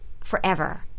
forever